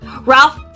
Ralph